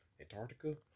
Antarctica